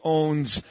owns